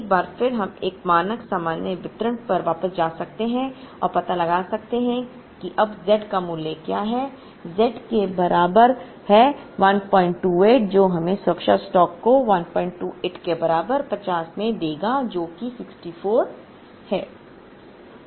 एक बार फिर हम मानक सामान्य वितरण पर वापस जा सकते हैं और पता लगा सकते हैं कि अब Z का मूल्य क्या है Z के बराबर है 128 जो हमें सुरक्षा स्टॉक को 128 के बराबर 50 में देगा जो कि 64 है